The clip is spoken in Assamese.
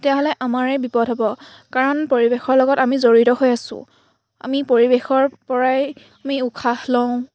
তেতিয়াহ'লে আমাৰে বিপদ হ'ব কাৰণ পৰিৱেশৰ লগত আমি জড়িত হৈ আছোঁ আমি পৰিৱেশৰ পৰাই আমি উশাহ লওঁ